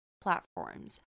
platforms